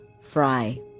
Fry